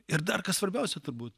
ir dar kas svarbiausia turbūt